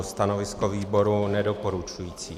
Stanovisko výboru je nedoporučující.